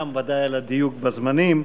וגם בוודאי על הדיוק בזמנים,